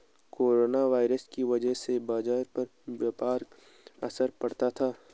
corona virus की वजह से बाजार पर व्यापक असर पड़ा था